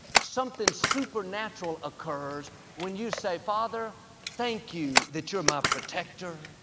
something supernatural occurs when you say, father, thank you that you're my protector,